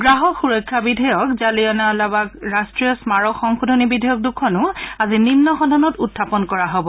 গ্ৰাহক সূৰক্ষা বিধেয়ক জালিৱানাৱালাবাগ ৰাষ্ট্ৰীয় স্মাৰক সংশোধনী বিধেয়ক দুখন আজি নিম্ন সদনত উখাপন কৰা হ'ব